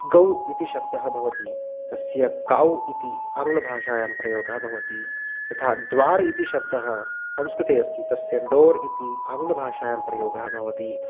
गौः इति शब्दः भवति तस्य कौ इति आङ्ग्लभाषायां प्रयोगः भवति यथा द्वारम् इति शब्दः संस्कृते अस्ति तस्य डोर् इति आङ्ग्लभाषायां प्रयोगः भवति